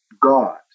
God